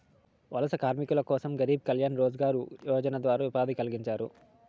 వలస కార్మికుల కోసం గరీబ్ కళ్యాణ్ రోజ్గార్ యోజన ద్వారా ఉపాధి కల్పించినారు